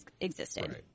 existed